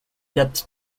depth